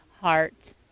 heart